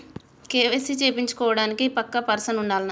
KYC చేపిచ్చుకోవడానికి పక్కా person ఉండాల్నా?